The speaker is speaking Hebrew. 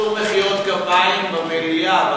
אסור מחיאות כפיים במליאה,